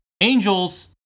Angels